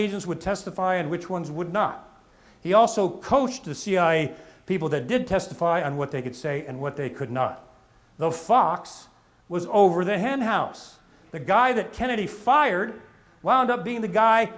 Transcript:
agents would testify and which ones would not he also coached the cia people that did testify and what they could say and what they could not the fox was over the ham house the guy that kennedy fired wound up being the guy